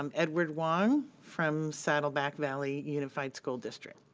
um edward wong from saddleback valley unified school district.